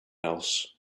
else